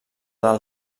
del